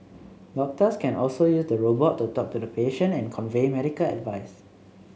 doctors can also use the robot to talk to the patient and convey medical advice